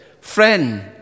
friend